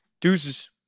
Deuces